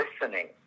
listening